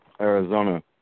Arizona